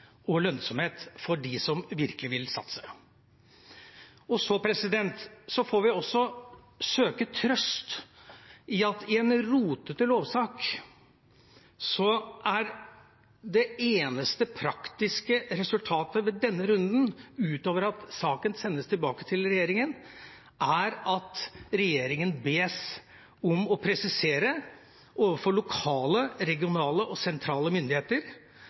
og lønnsomhet for dem som virkelig vil satse. Vi får søke trøst i at i en rotete lovsak er det eneste praktiske resultatet ved denne runden – utover at saken sendes tilbake til regjeringen – at regjeringen bes om å presisere overfor lokale, regionale og sentrale myndigheter